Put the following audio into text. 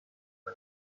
نظر